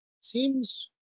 seems